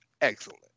excellent